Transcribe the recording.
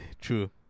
True